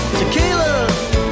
tequila